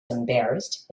embarrassed